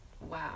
Wow